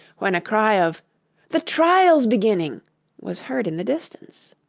when a cry of the trial's beginning was heard in the distance.